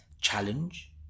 challenge